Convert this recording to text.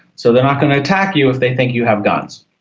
so they are not going to attack you if they think you have guns.